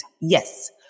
Yes